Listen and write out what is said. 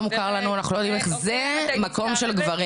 לא מוכר לנו, אנחנו לא יודעים, זה מקום של גברים.